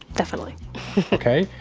definitely ok.